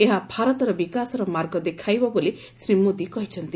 ଏହା ଭାରତର ବିକାଶର ମାର୍ଗ ଦେଖାଇବ ବୋଲି ଶ୍ରୀ ମୋଦି କହିଛନ୍ତି